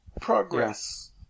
Progress